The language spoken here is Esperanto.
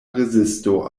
rezisto